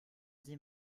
sie